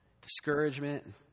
discouragement